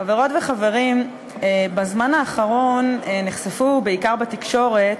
חברות וחברים, בזמן האחרון נחשפו בעיקר בתקשורת